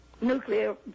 nuclear